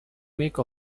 make